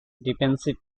defensive